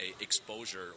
exposure